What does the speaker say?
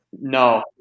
No